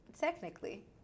technically